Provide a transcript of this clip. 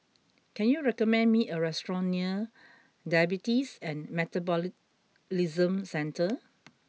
can you recommend me a restaurant near Diabetes and Metabolism Centre